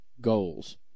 goals